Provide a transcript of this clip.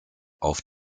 auf